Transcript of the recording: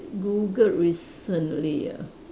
Googled recently ah